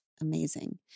Amazing